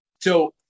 So-